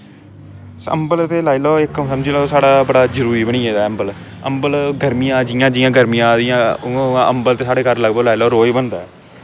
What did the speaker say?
अम्बल ते लाई लैओ इस समझी लैओ साढ़ा बड़ा जरूरी बनी गेदा अम्बल अम्बल जियां जियां गर्मियां आदियां उआं उआं लाई लैओ अम्बल ते साढ़े घर रोज़ बनदा